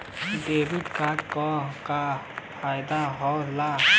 Debit card क का फायदा हो ला?